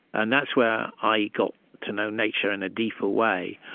and that's where i got to know nature in a deeper way.